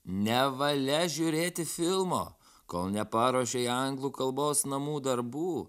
nevalia žiūrėti filmo kol neparuošei anglų kalbos namų darbų